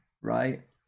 right